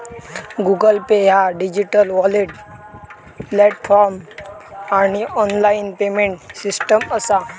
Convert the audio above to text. Google Pay ह्या digital wallet platform आणि online payment system असा